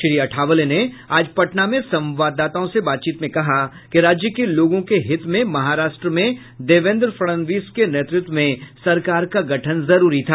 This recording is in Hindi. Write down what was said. श्री अठावले ने आज पटना में संवाददाताओं से बातचीत में कहा कि राज्य के लोगों के हित में महाराष्ट्र में देवेंद्र फडनवीस के नेतृत्व में सरकार का गठन जरुरी था